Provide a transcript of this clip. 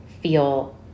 feel